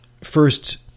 first